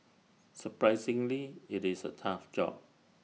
surprisingly IT is A tough job